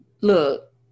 Look